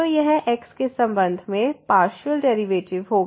तो यह x के संबंध में पार्शियल डेरिवेटिव होगा